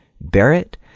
Barrett